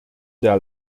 der